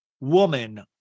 woman